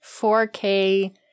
4K